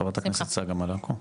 חברת הכנסת צגה מלקו,